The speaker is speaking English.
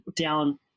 down